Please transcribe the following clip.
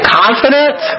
confidence